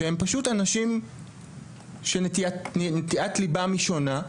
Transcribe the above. שהם פשוט אנשים שנטיית לבם היא שונה.